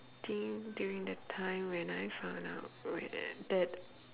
think during the time when I found out wh~ that